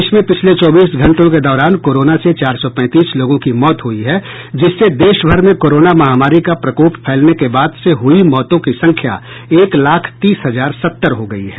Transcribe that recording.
देश में पिछले चौबीस घंटों के दौरान कोरोना से चार सौ पैंतीस लोगों की मौत हुई हैं जिससे देशभर में कोरोना महामारी का प्रकोप फैलने के बाद से हुई मौतों की संख्या एक लाख तीस हजार सत्तर हो गई है